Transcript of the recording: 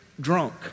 drunk